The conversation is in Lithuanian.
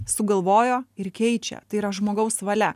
sugalvojo ir keičia tai yra žmogaus valia